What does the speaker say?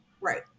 Right